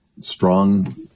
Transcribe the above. strong